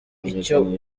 icyo